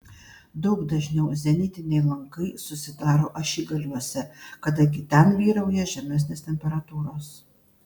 daug dažniau zenitiniai lankai susidaro ašigaliuose kadangi ten vyrauja žemesnės temperatūros